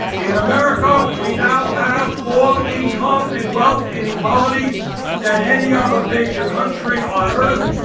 in america we now have more income and wealth inequality than any other major country on earth,